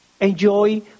enjoy